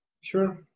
Sure